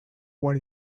one